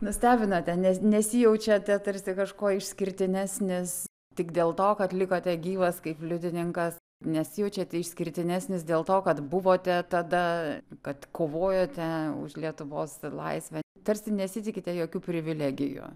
nustebinote ne nesijaučiate tarsi kažko išskirtinesnis tik dėl to kad likote gyvas kaip liudininkas nesijaučiate išskirtinesnis dėl to kad buvote tada kad kovojote už lietuvos laisvę tarsi nesitikite jokių privilegijų